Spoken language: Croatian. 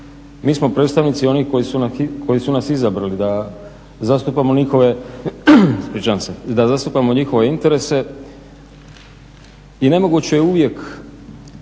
mi smo predstavnici onih koji su nas izabrali da zastupamo njihove interese i nemoguće je uvijek